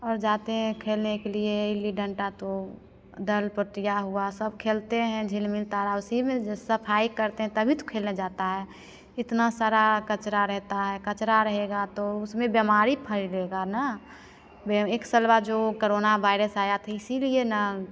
और जाते हैं खेलने के लिए गुल्ली डंड तो दल पतिया हुआ सब खेलते हैं झिलमिल तारा उसी में जब सफाई करते हैं तभी तो खेलने जाता है इतना सारा कचरा रहता है कचरा रहेगा तो उसमें बीमारी फैलेगा ना ब एक साल जो करोना बायरस आया था इसीलिए ना